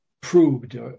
proved